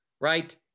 right